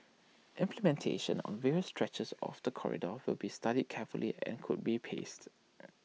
implementation on various stretches of the corridor will be studied carefully and could be paced